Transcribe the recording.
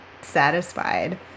satisfied